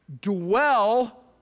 dwell